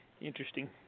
interesting